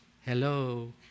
Hello